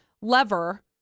lever